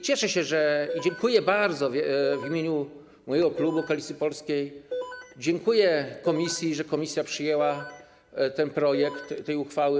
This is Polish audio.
Cieszę się i dziękuję bardzo w imieniu mojego klubu, Koalicji Polskiej, dziękuję komisji, że komisja przyjęła projekt tej uchwały.